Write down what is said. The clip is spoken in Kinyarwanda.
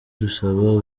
dusaba